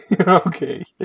Okay